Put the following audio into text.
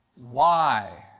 why?